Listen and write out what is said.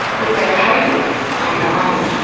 with their behaviours, like our own,